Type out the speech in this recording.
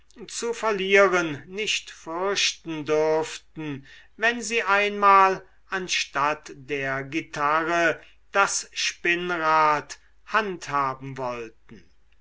zu verlieren nicht fürchten dürften wenn sie einmal anstatt der gitarre das spinnrad handhaben wollten